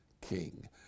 king